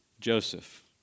Joseph